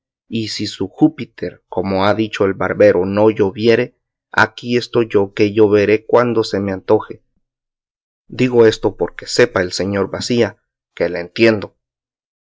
y si su júpiter como ha dicho el barbero no lloviere aquí estoy yo que lloveré cuando se me antojare digo esto porque sepa el señor bacía que le entiendo